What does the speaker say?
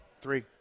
Three